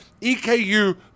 EKU